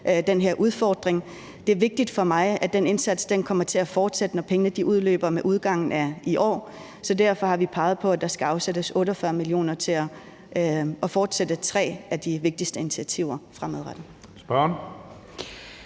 den her udfordring. Det er vigtigt for mig, at den her indsats kommer til at fortsætte, når pengene udløber med udgangen af i år, så derfor har vi peget på, at der skal afsættes 48 mio. kr. til at fortsætte tre af de vigtigste initiativer fremadrettet.